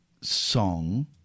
song